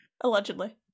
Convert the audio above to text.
Allegedly